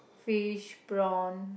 fish prawn